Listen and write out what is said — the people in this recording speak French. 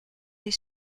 les